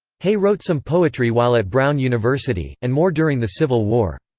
hay wrote some poetry while at brown university, and more during the civil war.